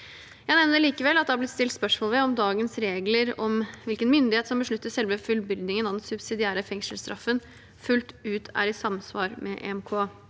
Jeg nevner likevel at det har blitt stilt spørsmål ved om dagens regler om hvilken myndighet som beslutter selve fullbyrdingen av den subsidiære fengselsstraffen, fullt ut er i samsvar med EMK.